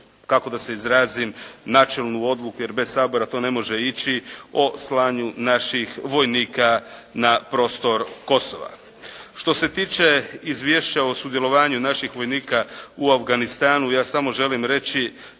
kako da se izrazim, načelnu odluku jer bez Sabora to ne može ići, o slanju naših vojnika na prostor Kosova. Što se tiče izvješća o sudjelovanju naših vojnika u Afganistanu, ja samo želim reći